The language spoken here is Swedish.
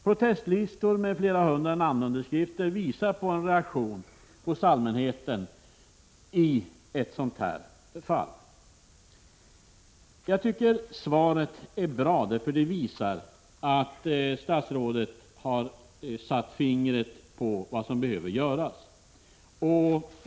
Protestlistor med flera hundra namnunderskrifter visar på allmänhetens reaktion i det här fallet. Jag tycker att svaret är bra, för det visar att statsrådet har satt fingret på vad som behöver göras.